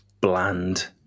bland